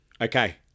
okay